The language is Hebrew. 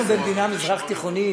אנחנו במדינה מזרח-תיכונית.